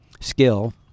skill